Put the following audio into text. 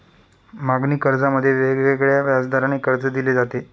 मागणी कर्जामध्ये वेगवेगळ्या व्याजदराने कर्ज दिले जाते